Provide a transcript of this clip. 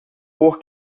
por